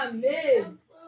Amen